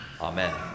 Amen